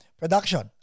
production